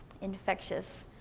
infectious